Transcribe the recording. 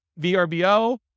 VRBO